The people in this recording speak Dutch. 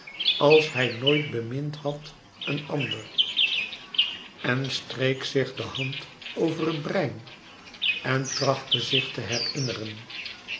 als hij nooit bemind had een ander en streek zich de hand over het brein en trachtte zich te herinneren